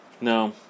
No